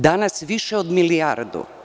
Danas više od milijardu.